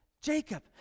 Jacob